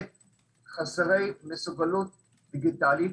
הם חסרי מסוגלות דיגיטלית